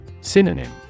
Synonym